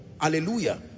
Hallelujah